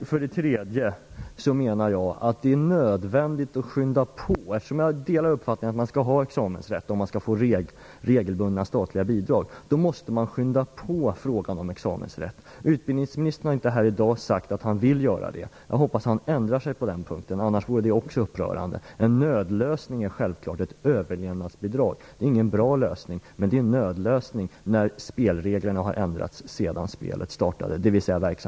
Vidare menar jag att det är nödvändigt att skynda på. Jag delar uppfattningen att man skall ha examensrätt för att få regelbundna statliga bidrag. Men då måste man skynda på när det gäller frågan om examensrätt. Utbildningsministern har inte här i dag sagt att han vill göra det. Jag hoppas att han ändrar sig på den punkten - om inte vore det också upprörande. En nödlösning är självklart ett överlevnadsbidrag. Men det är ingen bra lösning. Det är dock en nödlösning när spelreglerna ändrats sedan spelet, dvs.